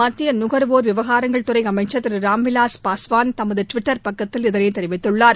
மத்திய நுகர்வோர் விவகாரங்கள் துறை அமைச்சர் திரு ராம் விலாஸ் பாஸ்வான் தமது டுவிட்டர் பக்கத்தில் இதனை தெரிவித்துள்ளார்